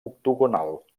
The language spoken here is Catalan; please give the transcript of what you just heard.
octogonal